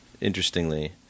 interestingly